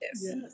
Yes